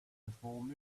perform